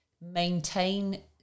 maintain